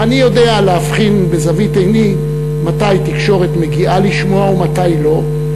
ואני יודע להבחין בזווית עיני מתי התקשורת מגיעה לשמוע ומתי לא,